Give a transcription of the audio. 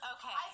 Okay